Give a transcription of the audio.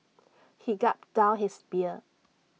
he gulped down his beer